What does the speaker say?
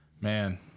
man